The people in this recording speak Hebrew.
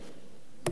מה רוצה שאול?